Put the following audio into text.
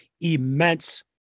immense